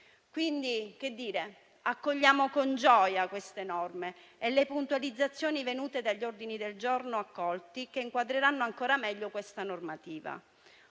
una malattia. Accogliamo dunque con gioia queste norme e le puntualizzazioni venute dagli ordini del giorno accolti, che inquadreranno ancora meglio questa normativa.